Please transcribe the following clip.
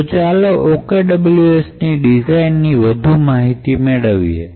તો ચાલો OKWS design ની વધુ માહિતી મેળવીએ